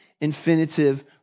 infinitive